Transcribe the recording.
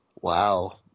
Wow